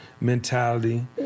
mentality